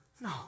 No